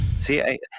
See